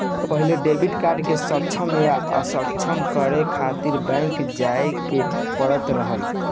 पहिले debit card के सक्षम या असक्षम करे खातिर बैंक जाए के पड़त रहल